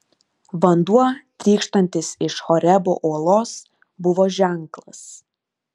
vanduo trykštantis iš horebo uolos buvo ženklas